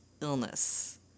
illness